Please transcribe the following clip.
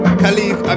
Khalif